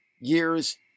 years